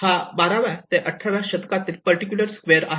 हा बाराव्या ते अठराव्या शतकातील पर्टिक्युलर स्क्वेअर आहे